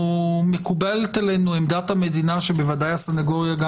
מקובלת עלינו עמדת המדינה שוודאי הסנגוריה גם